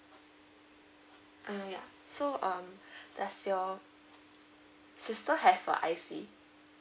ah ya so um does your sister have a I_C